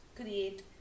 create